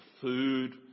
food